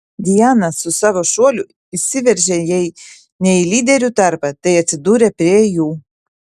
diana su savo šuoliu įsiveržė jei ne į lyderių tarpą tai atsidūrė prie jų